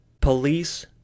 Police